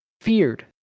feared